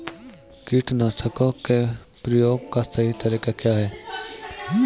कीटनाशकों के प्रयोग का सही तरीका क्या है?